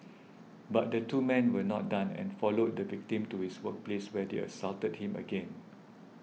but the two men were not done and followed the victim to his workplace where they assaulted him again